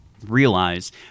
Realize